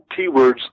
keywords